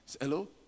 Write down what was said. hello